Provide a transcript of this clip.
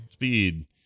Speed